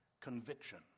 conviction